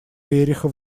рериха